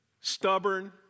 stubborn